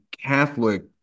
catholic